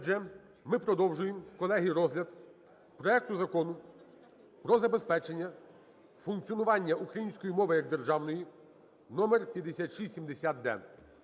Отже, ми продовжуємо, колеги, розгляд проекту Закону про забезпечення функціонування української мови як державної (№ 5670-д).